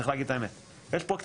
לנו,